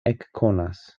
ekkonas